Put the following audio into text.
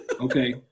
Okay